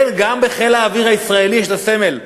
כן, גם בחיל האוויר הישראלי יש הסמל.